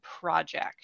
project